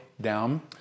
down